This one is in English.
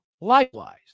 likewise